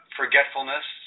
forgetfulness